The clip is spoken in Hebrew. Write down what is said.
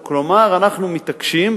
כלומר, אנחנו מתעקשים,